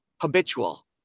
habitual